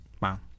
wow